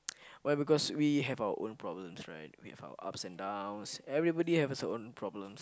why because we have our own problems right we have our ups and downs everybody haves own problems